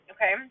Okay